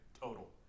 total